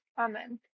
amen